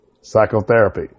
Psychotherapy